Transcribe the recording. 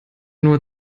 nur